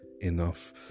enough